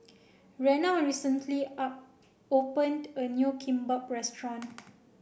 Rena recently opened a new Kimbap restaurant